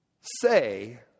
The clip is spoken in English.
say